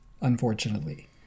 unfortunately